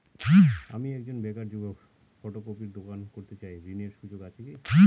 আমি একজন বেকার যুবক ফটোকপির দোকান করতে চাই ঋণের সুযোগ আছে কি?